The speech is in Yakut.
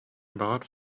баҕар